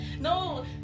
No